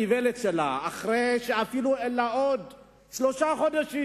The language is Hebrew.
באיוולת שלה, שאפילו אין לה עדיין שלושה חודשים,